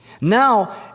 Now